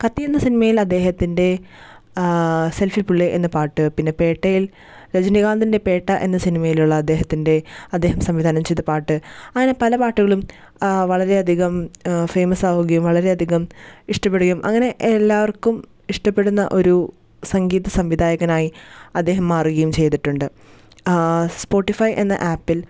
കത്തി എന്ന സിനിമയിൽ അദ്ദേഹത്തിൻ്റെ സെൽഫി പ്പുള്ളെ എന്ന പാട്ട് പിന്നെ പേട്ടയിൽ രജനീകാന്തിൻ്റെ സിനിമയിലുള്ള അദ്ധേഹത്തിൻ്റെ അദ്ധേഹം സംവിദാനം ചെയ്ത പാട്ട് അങ്ങനെ പല പാട്ടുകളും വളരെയധികം ഫെയ്മസാവുകയും വളരെയധികം ഇഷ്ടപ്പെടുകയും അങ്ങനെ എല്ലാവർക്കും ഇഷ്ടപ്പെടുന്ന ഒരു സംഗീത സംവിധായകനായി അദ്ദേഹം മാറുകയും ചെയ്തിട്ടുണ്ട് സ്പോട്ടിഫയ് എന്ന ആപ്പിൽ